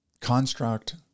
construct